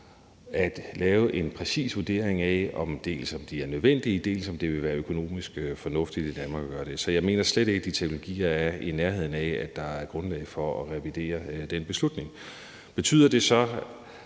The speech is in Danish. at lave en præcis vurdering af, dels om de er nødvendige, dels om det vil være økonomisk fornuftigt at gøre det i Danmark. Så jeg mener slet ikke, at de teknologier er i nærheden af at være der, hvor der er grundlag for at revidere den beslutning. Betyder det så,